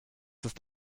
ist